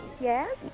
Yes